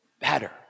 better